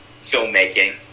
filmmaking